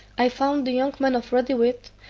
i found the young man of ready wit,